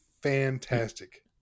fantastic